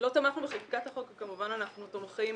תמכנו בחקיקת החוק וכמובן אנחנו תומכים